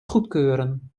goedkeuren